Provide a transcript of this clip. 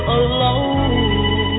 alone